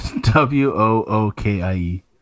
w-o-o-k-i-e